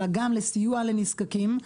אלא גם לסיוע לנזקקים.